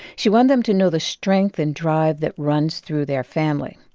she wanted them to know the strength and drive that runs through their family.